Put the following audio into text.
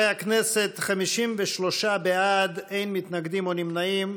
הכנסת, 53 בעד, אין מתנגדים או נמנעים.